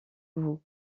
vous